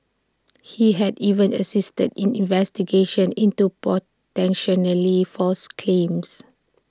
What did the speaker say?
he had even assisted in investigations into false claims